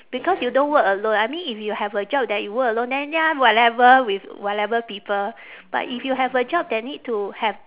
because you don't work alone I mean if you have a job that you work alone then ya whatever with whatever people but if you have a job that need to have